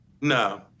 No